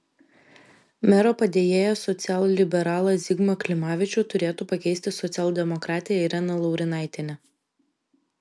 mero padėjėją socialliberalą zigmą klimavičių turėtų pakeisti socialdemokratė irena laurinaitienė